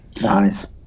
Nice